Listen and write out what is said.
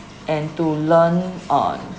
and to learn uh